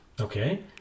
Okay